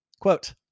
Quote